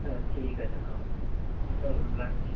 হ্যাঁ ঠিক আছে তাহলে তো চলুন রাখছি